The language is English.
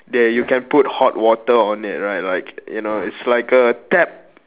that you can put hot water on it right like you know it's like a tap